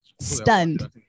stunned